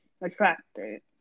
attracted